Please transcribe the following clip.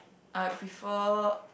I prefer